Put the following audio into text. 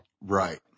Right